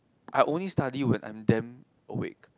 I only study when I'm damn awake